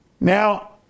Now